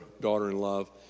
daughter-in-love